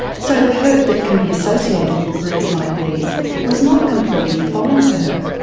so the hurt that can be associated with groups like these was not completely foreign to her.